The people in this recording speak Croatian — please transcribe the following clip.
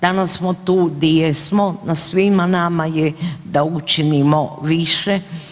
Danas smo tu di jesmo, na svima nama je da učinimo više.